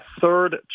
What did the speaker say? third